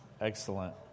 Excellent